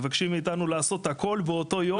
מבקשים מאיתנו לעשות הכל באותו יום,